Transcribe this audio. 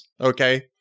okay